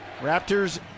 Raptors